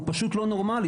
הוא פשוט לא נורמלי.